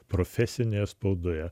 profesinėje spaudoje